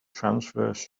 transverse